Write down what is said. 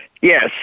Yes